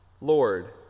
Lord